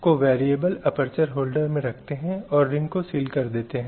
और इसलिए अन्य मतभेद जो कि हो सकते हैं के संबंध में भी सही है